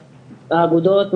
האגודות,